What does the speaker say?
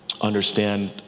understand